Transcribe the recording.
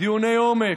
דיוני עומק.